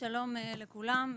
שלום לכולם,